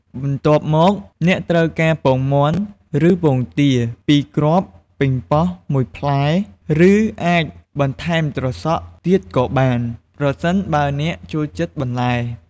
បន្ទាប់មក អ្នកត្រូវការពងមាន់ ឬពងទាពីរគ្រាប់ ប៉េងប៉ោះមួយផ្លែ ឬអាចបន្ថែមត្រសក់ទៀតក៏បាន ប្រសិនបើអ្នកចូលចិត្តបន្លែ។